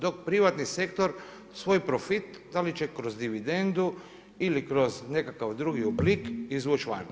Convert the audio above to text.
Dok privatni sektor svoj profit da li će kroz dividendu ili kroz nekakav drugi oblik izvući van.